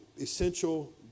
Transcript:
essential